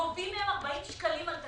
גובים מהם 40 שקלים על תדפיס.